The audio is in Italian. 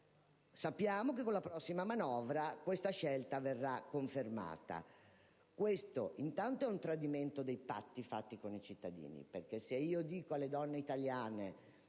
sappiamo che, con la prossima manovra, questa scelta verrà confermata. Intanto, questo è un tradimento dei patti fatti con i cittadini, perché se si dice alle donne italiane